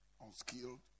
unskilled